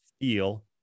feel